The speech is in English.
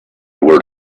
word